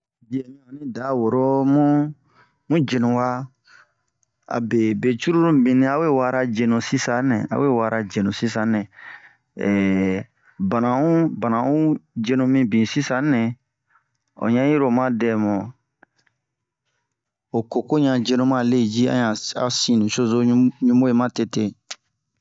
biyɛ mɛ onni da woro mu jenu abe be curulu mibin awe wara jenu sisanɛ awe wara jenu sisanɛ banan'un jenu mibin sisanɛ oɲan iro oma dɛ mu ho koko ɲan jenu ma leji a ɲan a sin nucuzo ɲuɓu'e matete